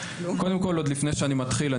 קודם כל עוד לפני שאני מתחיל,